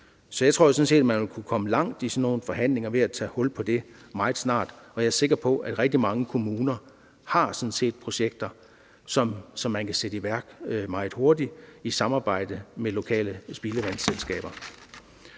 sådan set, man vil kunne komme langt i sådan nogle forhandlinger ved at tage hul på det her meget snart, og jeg er sikker på, at rigtig mange kommuner sådan set har projekter, som man kan sætte i værk meget hurtigt i samarbejde med lokale spildevandsselskaber.